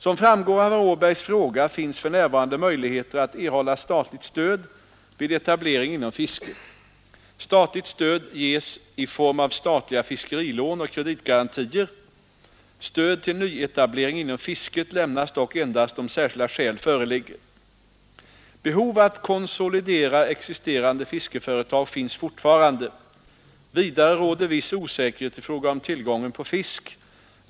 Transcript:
Som framgår av herr Åbergs fråga finns för närvarande möjligheter att erhålla statligt stöd vid etablering inom fisket. Statligt stöd ges i form av statliga fiskerilån och kreditgarantier. Stöd till nyetablering inom fisket lämnas dock endast om särskilda skäl föreligger. Behov att konsolidera existerande fiskeföretag finns fortfarande. Vidare råder viss osäkerhet i fråga om tillgången på fisk.